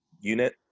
unit